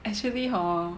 actually hor